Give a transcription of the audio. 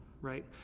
right